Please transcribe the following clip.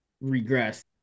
regress